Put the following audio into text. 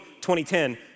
2010